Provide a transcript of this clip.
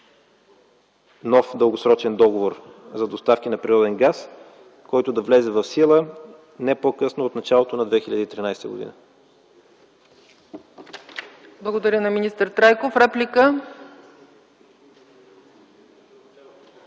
нов дългосрочен договор за доставки на природен газ, който да влезе в сила не по-късно от началото на 2013 г. ПРЕДСЕДАТЕЛ ЦЕЦКА ЦАЧЕВА: Благодаря на министър Трайков. Реплика.